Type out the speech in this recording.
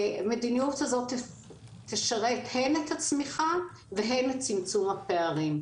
המדיניות הזאת תשרת הן את הצמיחה והן את צמצום הפערים.